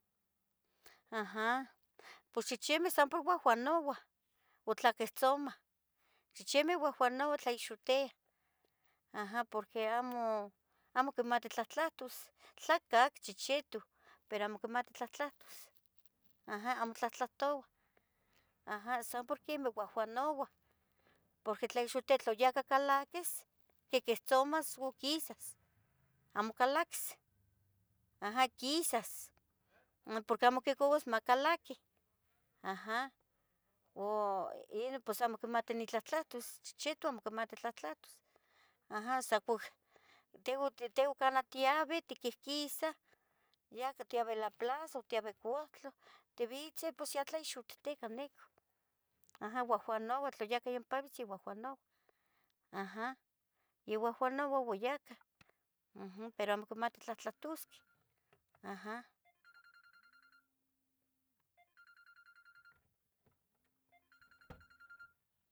Aha pos chicmeh san poguaguanoua o tlaquehtzomah, chichimeh guahguanoua tlaixotiah, aha porque amo quimati tlahtlatos, tlacaqui chechetu, pero am oquimati tlahtlahtus, aha amo tlahtlahtouah, aha san porqui guahguanouah, porque tlaixohtia, tla ya acah calaquis, quiquihtzomas o quisas, amo calaquis, aha, quisas, no porqui amo quicauas macalqui aha, u ino pos amo quimati tlahtlahtus, chichitu amo quimati tlahtlahtos, aha, sa cuac tehua canah tiabeh, tiquisah tiahqueh tiabeh la plaza otiahque couhtlah, tiabeh tibitzeh pues yeh tlaixutitica nican, aha guhguano, tla acaa yompabitz ya guahguanoua, aha, ya guahguanou ua ya cah, pero quimati tlahtlahtusqueh, aha.